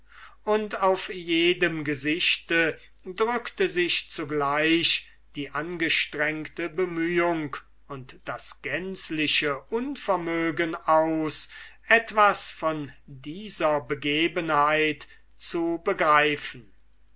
und auf jedem gesichte drückte sich zugleich die angestrengte bemühung und das gänzliche unvermögen aus etwas von dieser begebenheit zu begreifen